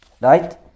right